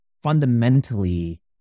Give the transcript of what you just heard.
fundamentally